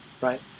right